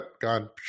gone